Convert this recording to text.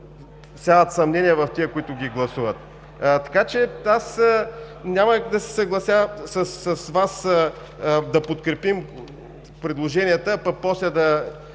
всяват съмнение в тези, които ги гласуват, така че аз няма да се съглася с Вас да подкрепим предложенията, а после да